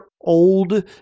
old